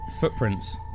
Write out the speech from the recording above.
Footprints